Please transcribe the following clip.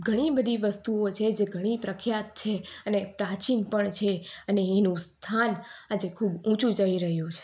ઘણી બધી વસ્તુઓ છે જે ઘણી પ્રખ્યાત છે અને પ્રાચીન પણ છે અને એનું સ્થાન આજે ખૂબ જ ઊંચું જઈ રહ્યું છે